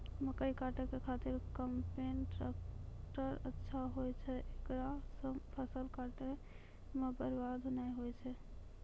मकई काटै के खातिर कम्पेन टेकटर अच्छा होय छै ऐकरा से फसल काटै मे बरवाद नैय होय छै?